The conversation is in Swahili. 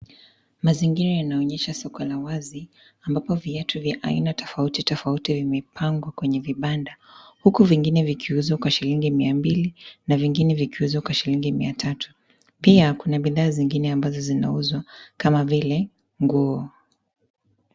Mazingira inaonyesha soko la wazi ambapo viatu vya aina tofauti tofauti vimepangwa kwenye vibanda huku vingine vikiuzwa kwa shilingi mia mbili na vingine vikiuzwa mia tatu. Pia kuna bidhaa zingine ambazo zinauzwa kama vile nguo.